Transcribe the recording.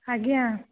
ଆଜ୍ଞା